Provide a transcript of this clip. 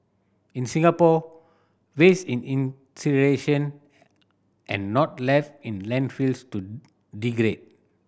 in Singapore waste is and not left in landfills to degrade